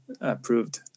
approved